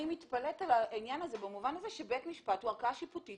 מתפלאת על העניין הזה במובן הזה שבית משפט הוא ערכאה שיפוטית.